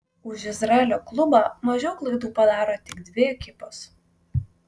už izraelio klubą mažiau klaidų padaro tik dvi ekipos